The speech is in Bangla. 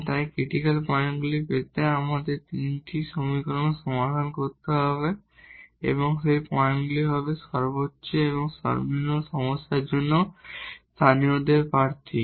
তাই এখন ক্রিটিকাল পয়েন্টগুলি পেতে আমাদের এই তিনটি সমীকরণ সমাধান করতে হবে এবং সেই পয়েন্টগুলি হবে মাক্সিমাম বা মিনিমাম সমস্যার জন্য লোকালদের ক্যান্ডিডেড